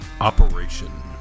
operation